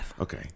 Okay